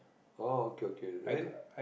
orh okay okay then